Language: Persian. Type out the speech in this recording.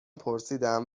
پرسیدم